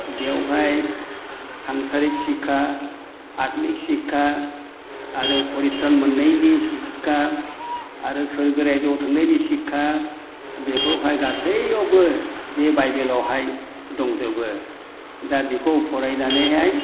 बेवहाय सांसारिक शिक्षा आत्मिक शिक्षा आरो परित्रन मोननायनि शिक्षा आरो सोरगो रायजोआव थांनायनि शिक्षा बेखौहाय गासैयावबो बे बाइबेलावहाय दंजोबो दा बेखौ फरायनानैहाय